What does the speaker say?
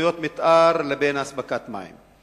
תוכניות מיתאר לאספקת מים,